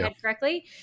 correctly